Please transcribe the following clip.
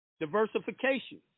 Diversification